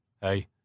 hey